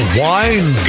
wine